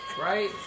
Right